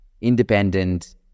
independent